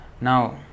Now